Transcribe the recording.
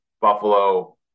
Buffalo